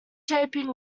shaping